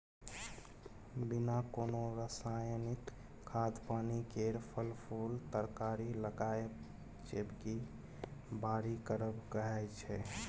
बिना कोनो रासायनिक खाद पानि केर फर, फुल तरकारी लगाएब जैबिक बारी करब कहाइ छै